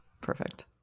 Perfect